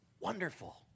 wonderful